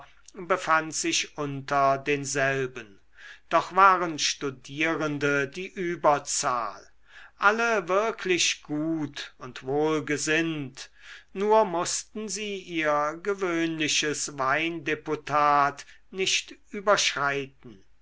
befand sich unter denselben doch waren studierende die überzahl alle wirklich gut und wohlgesinnt nur mußten sie ihr gewöhnliches weindeputat nicht überschreiten